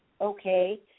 okay